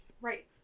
right